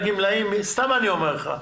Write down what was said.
סתם אני אומר לך.